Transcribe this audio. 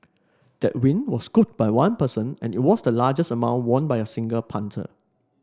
that win was scooped by one person and it was the largest amount won by a single punter